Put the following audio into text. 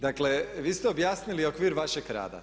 Dakle, vi ste objasnili okvir vašeg rada.